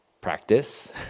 practice